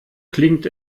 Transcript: klingt